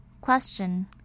Question